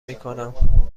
میکنم